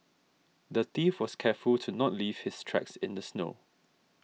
the thief was careful to not leave his tracks in the snow